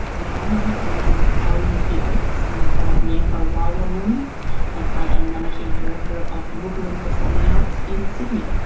yamma. my name is ali murphy-oates. i'm a proud ngiyampaa wailwan woman and i am managing director of moogahlin performing arts in sydney.